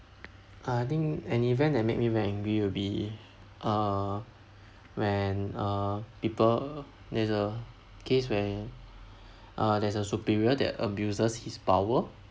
uh I think an event that made me very angry will be err when uh people there's a case where uh there's a superior that abuses his power